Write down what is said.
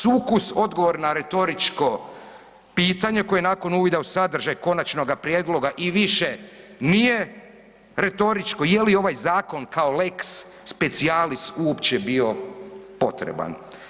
Sukus odgovor na retoričko pitanje koje nakon uvida u sadržaj konačnoga prijedloga i više nije retoričko, je li ovaj zakon kao lex specialis uopće bio potreban.